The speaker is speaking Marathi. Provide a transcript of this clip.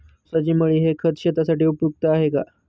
ऊसाची मळी हे खत शेतीसाठी उपयुक्त आहे का?